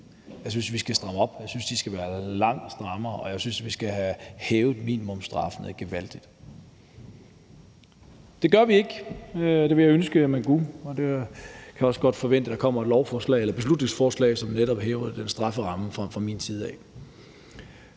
Jeg synes, at vi skal stramme op. Jeg synes, at de skal være langt strammere, og jeg synes, at vi skal have hævet minimumsstraffene gevaldigt. Det gør vi ikke. Det ville jeg ønske man kunne, og man kan også godt forvente, at der kommer et beslutningsforslag fra min side, som netop vil hæve den strafferamme. Det her